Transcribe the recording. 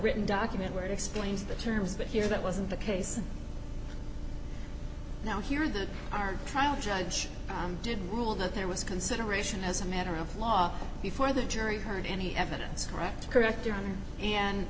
written document where it explains the terms but here that wasn't the case now here that our trial judge did rule that there was consideration as a matter of law before the jury heard any evidence correct correct you're on and